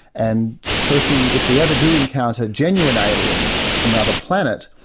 and so if we if we ever do encounter genuine aliens from another planet,